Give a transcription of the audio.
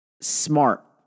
Smart